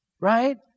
Right